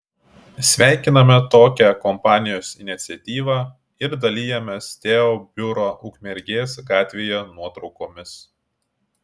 sveikiname tokią kompanijos iniciatyvą ir dalijamės teo biuro ukmergės gatvėje nuotraukomis